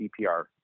epr